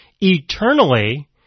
eternally